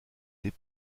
des